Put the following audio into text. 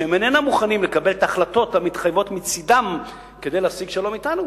שהם אינם מוכנים לקבל את ההחלטות המתחייבות מצדם כדי להשיג שלום אתנו.